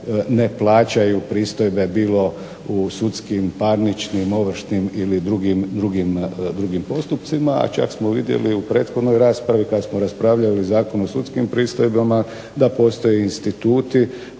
ne plaćaju pristojbe bilo u sudskim, parničnim, ovršnim ili drugim postupcima. A čak smo vidjeli u prethodnoj raspravi kada smo raspravljali Zakon o sudskim pristojbama da postoje instituti,